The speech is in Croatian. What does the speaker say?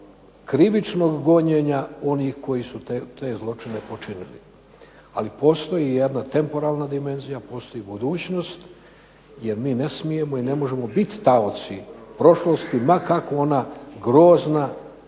krivičnog gonjenja onih koji su te zločine počinili, ali postoji jedna temporalna dimenzija, postoji budućnost jer mi ne smijemo i ne možemo biti taoci prošlosti ma kako ona grozna